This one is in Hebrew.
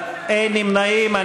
אין נמנעים.